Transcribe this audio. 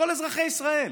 כל אזרחי ישראל.